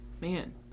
man